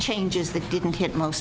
changes that didn't hit most